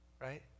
Right